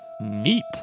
Neat